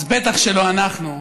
אז בטח שלא אנחנו.